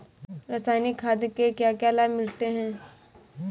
रसायनिक खाद के क्या क्या लाभ मिलते हैं?